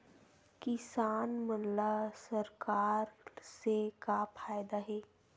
किसान मन ला सरकार से का फ़ायदा हे?